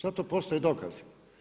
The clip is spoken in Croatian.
Za to postoje dokazi.